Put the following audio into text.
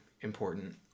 important